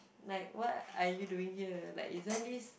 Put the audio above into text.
like what are you doing here like isn't this